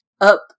up